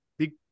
big